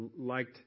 liked